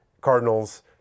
Cardinals